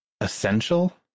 essential